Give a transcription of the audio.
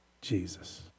Jesus